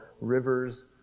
rivers